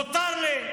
מותר לי.